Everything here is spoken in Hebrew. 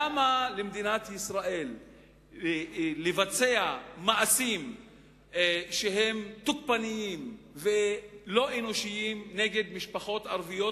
למה למדינת ישראל לבצע מעשים תוקפניים ולא אנושיים נגד משפחות ערביות,